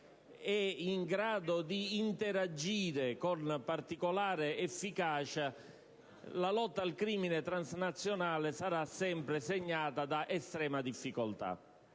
in grado di interagire con particolare efficacia, la lotta al crimine transnazionale sarà sempre segnata da estrema difficoltà.